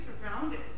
surrounded